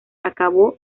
acabó